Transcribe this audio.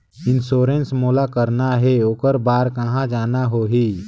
Insurance मोला कराना हे ओकर बार कहा जाना होही?